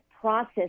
process